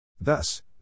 Thus